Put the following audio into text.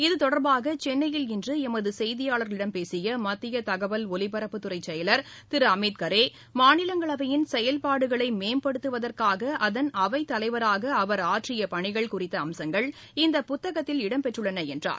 இதுதொடர்பாகசென்னையில் இன்றுளமதுசெய்தியாளர்களிடம் பேசியமத்தியதகவல் ஒலிபரப்புத்துறைசெயலாளர் திருஅமித் கரே மாநிலங்களவையின் செயல்பாடுகளைமேம்படுத்துவதற்காகஅதன் அவைத் தலைவராகஆற்றியபணிகள் குறித்தஅம்சங்கள் இந்த புத்தகத்தில் இடம்பெற்றுள்ளனஎன்றார்